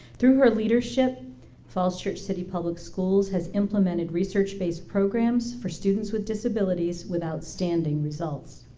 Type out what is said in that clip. through her leadership falls church city public schools has implemented research-based programs for students with disabilities with outstanding results.